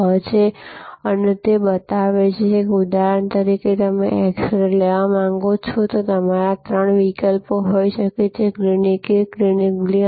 6 છે અને તે બતાવે છે કે ઉદાહરણ તરીકે તમે એક્સ રે લેવા માંગો છો અને તમારા માટે ત્રણ વિકલ્પો હોઈ શકે છે ક્લિનિક A ક્લિનિક B